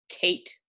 Kate